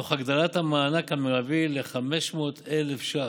תוך הגדלת המענק המרבי ל-500,000 ש"ח,